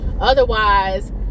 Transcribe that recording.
otherwise